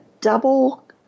double